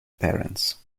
parents